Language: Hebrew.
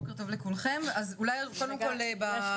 אני